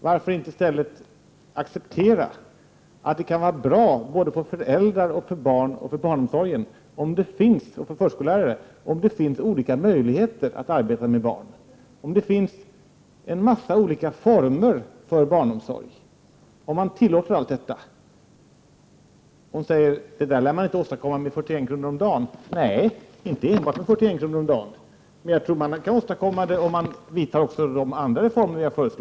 Varför inte i stället acceptera att det kan vara bra såväl för föräldrar och barn som för barnomsorgen och förskollärarna att det finns olika möjligheter när det gäller att arbeta med barn? Det skall finnas en mängd olika former av barnomsorg. Men då säger Maj-Inger Klingvall: Det lär man inte åstadkomma med 41 kr. om dagen. Nej, inte enbart med 41 kr. om dagen. Men om man genomför de övriga reformer som vi har föreslagit, går det nog.